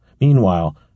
Meanwhile